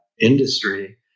industry